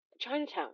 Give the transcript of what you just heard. Chinatown